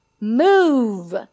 Move